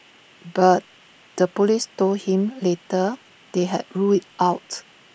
but the Police told him later they had ruled IT out